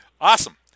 Awesome